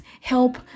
help